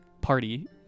party